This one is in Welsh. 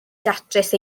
datrys